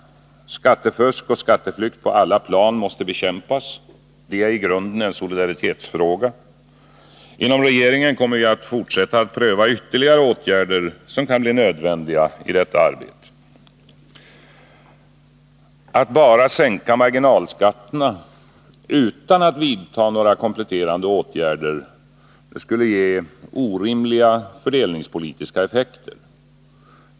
Skattefusk och skatteflykt på alla plan måste bekämpas. Det är i grunden en solidaritetsfråga. Inom regeringen kommer vi att fortsätta att pröva ytterligare åtgärder som kan bli nödvändiga i detta arbete. Att bara sänka marginalskatterna utan att vidta några kompletterande åtgärder skulle ge orimliga fördelningspolitiska effekter.